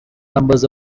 numbers